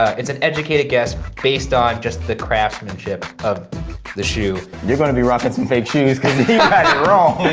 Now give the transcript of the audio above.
it's an educated guess based on just the craftsmanship of the shoe. you're gonna be rocking some fake shoes because you got it wrong.